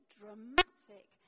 dramatic